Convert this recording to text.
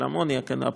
של האמוניה.